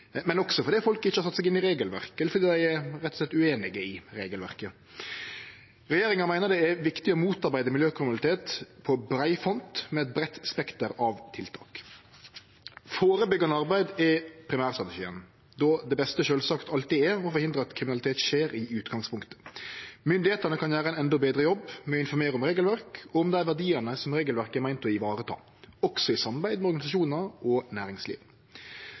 men også fordi folk ikkje har sett seg inn i regelverket, eller fordi dei rett og slett er ueinige i regelverket. Regjeringa meiner det er viktig å motarbeide miljøkriminalitet på brei front med eit breitt spekter av tiltak. Førebyggjande arbeid er primærstrategien, då det beste sjølvsagt alltid er å forhindre at kriminalitet skjer i utgangspunktet. Myndigheitene kan gjere ein endå betre jobb med å informere om regelverk og om dei verdiane som regelverket er meint å vareta, også i samarbeid med organisasjonar og